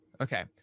Okay